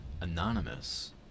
anonymous